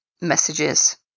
messages